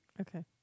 Okay